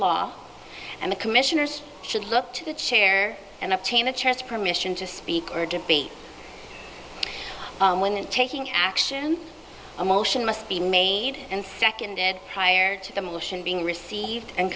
law and the commissioners should look to the chair and obtain a chance permission to speak or debate when and taking action a motion must be made and seconded prior to the motion being received and